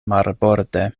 marborde